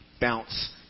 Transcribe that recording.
bounce